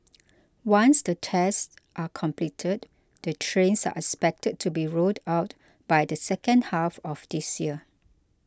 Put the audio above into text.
once the tests are completed the trains are expected to be rolled out by the second half of this year